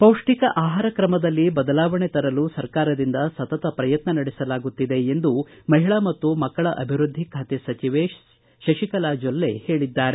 ಪೌಷ್ಟಿಕ ಆಹಾರ ಕ್ರಮದಲ್ಲಿ ಬದಲಾವಣೆ ತರಲು ಸರ್ಕಾರದಿಂದ ಸತತ ಪಯತ್ವ ನಡೆಸಲಾಗುತ್ತಿದೆ ಎಂದು ಮಹಿಳಾ ಮತ್ತು ಮಕ್ಕಳ ಅಭಿವೃದ್ದಿ ಖಾತೆ ಸಚಿವೆ ಸಚಿವೆ ಶಶಿಕಲಾ ಜೊಲ್ಲೆ ಹೇಳಿದ್ದಾರೆ